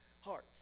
heart